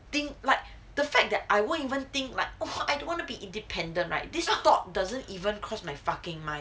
think like the fact that I wouldn't even think like !wah! I don't wanna be independent right this thought doesn't even cross my fucking mind